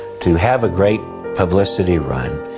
to have a great publicity run,